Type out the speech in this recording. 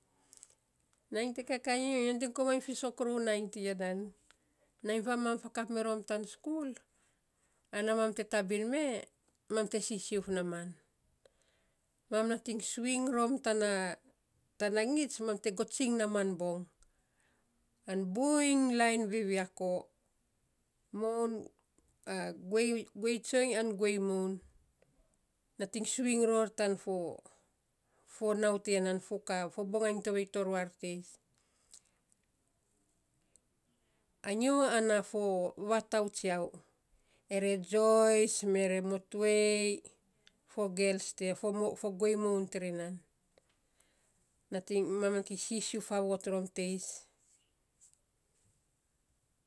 Nainy te kakaii nyo. Nyo nating komainy fiisok rou nainy tiya nan. nainy te mam fakap miro tan skul, ana mam te tabin me, mam te sisiuf naaman. Mam nating suwin rom tana tana ngits mam te gotsiny naaman bong, an buiny lain viviako, moun, guei guei tsoiny an guei moun, nating suwin fo tan fo fo nau tiya, foka fo bangai tovei toruar teis. Anyo, ana fo vatau tsiau, ere joyce mere motoi, fo gels tiya fo guei tiri nan. Nating, mam nating sisiuf faavot rom teis.